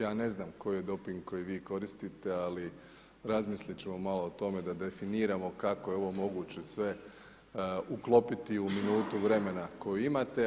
Ja ne znam koji je doping koji vi koristite ali razmisliti ćemo malo o tome da definiramo kako je ovo moguće sve uklopiti u minutu vremena koju imate.